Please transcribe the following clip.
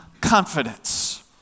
confidence